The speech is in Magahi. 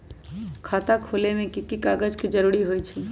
खाता खोले में कि की कागज के जरूरी होई छइ?